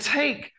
take